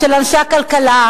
של אנשי הכלכלה,